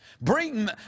Bring